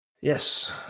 Yes